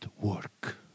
work